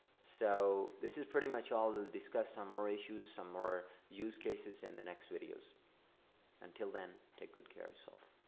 so, this is pretty much all to discuss some more issues some more use cases in the next videos until then take good care of yourself.